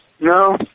No